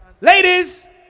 Ladies